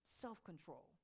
Self-control